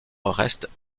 restent